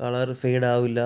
colour fade ആവില്ല